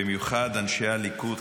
במיוחד אנשי הליכוד,